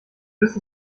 wirst